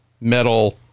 metal